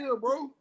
bro